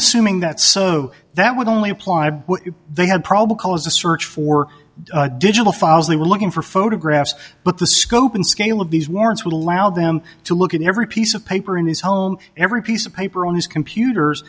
assuming that so that would only apply if they had probable cause to search for digital files they were looking for photographs but the scope and scale of these warrants would allow them to look at every piece of paper in his home every piece of paper on his computers